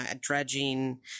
dredging